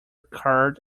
card